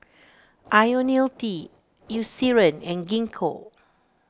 Ionil T Eucerin and Gingko